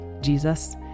Jesus